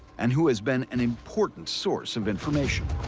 and who has been an important source of information.